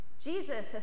Jesus